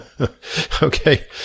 okay